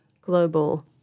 global